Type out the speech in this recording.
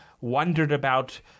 wondered-about